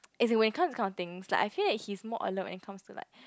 as in when it comes to counting is like I feel he is more alert when it comes to like